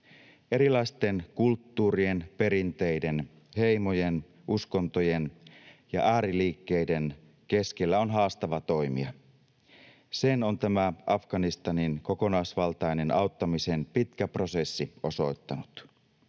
Erilaisten kulttuurien, perinteiden, heimojen, uskontojen ja ääriliikkeiden keskellä on haastavaa toimia. Sen on tämä Afganistanin kokonaisvaltaisen auttamisen pitkä prosessi osoittanut.